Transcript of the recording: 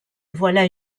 voilà